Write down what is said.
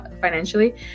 financially